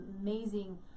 amazing